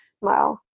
Wow